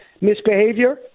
misbehavior